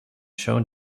shown